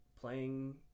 playing